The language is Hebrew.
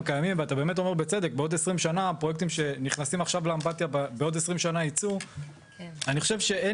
חלק פה וזהו, הגענו לבעיה, היינו צריכים